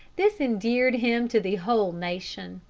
this endeared him to the whole nation.